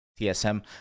TSM